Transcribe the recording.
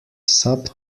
sub